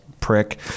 prick